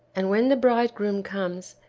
and when the bride groom comes,